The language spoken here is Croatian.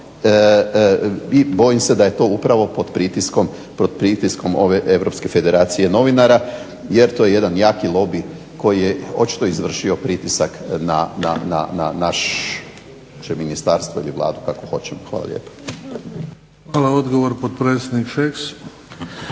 i bojim se da je to upravo pod pritiskom ove europske federacije novinara jer je to je jedan jaki lobij koji je izvršio pritisak na naše ministarstvo ili Vladu kako hoćemo. Hvala lijepa. **Bebić, Luka (HDZ)** Hvala. Odgovor, potpredsjednik Šeks.